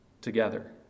together